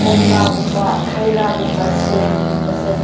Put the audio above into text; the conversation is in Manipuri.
ꯀꯣꯝꯂꯥꯒꯨꯝꯕ ꯍꯩ ꯔꯥꯒꯨꯝꯕ ꯁꯦꯝꯒꯨꯝꯕꯁꯦ